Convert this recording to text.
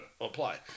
apply